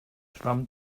schwamm